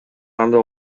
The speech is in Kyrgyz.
кандай